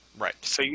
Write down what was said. Right